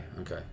Okay